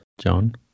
john